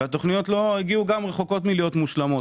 והתכניות גם רחוקות מלהיות מושלמות